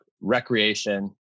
recreation